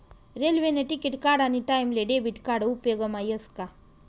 रेल्वेने तिकिट काढानी टाईमले डेबिट कार्ड उपेगमा यस का